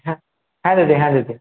হ্যাঁ হ্যাঁ দিদি হ্যাঁ দিদি